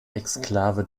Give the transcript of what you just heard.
exklave